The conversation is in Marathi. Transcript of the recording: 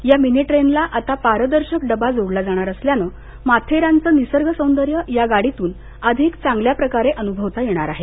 या मिनिट्रेनला आता पारदर्शक डबा जोडला जाणार असल्यान माथेरानच निसर्गसौंदर्य या गाडीतून अधिक चांगल्याप्रकारे अनुभवता येणार आहे